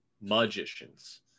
Magicians